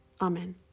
Amen